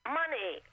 money